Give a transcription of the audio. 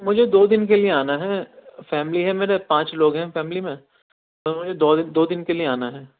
مجھے دو دِن کے لئے آنا ہے فیملی ہے میرے پانچ لوگ ہیں فیملی میں تو مجھے دو دِن دو دِن کے لئے آنا ہے